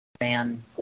man